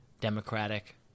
democratic